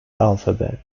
alphabet